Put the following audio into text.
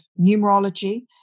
numerology